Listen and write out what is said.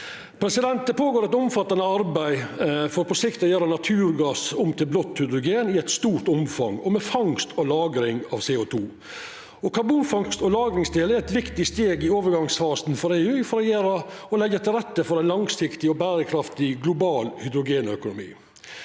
går føre seg eit omfattande arbeid for på sikt å gjera naturgass om til blått hydrogen i eit stort omfang, med fangst og lagring av CO2. Karbonfangst og -lagring er eit viktig steg i overgangsfasen for EU for å leggja til rette for ein langsiktig, berekraftig og global hydrogenøkonomi.